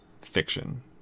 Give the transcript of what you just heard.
fiction